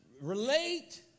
relate